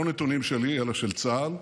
לא נתונים שלי אלא של צה"ל,